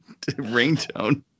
ringtone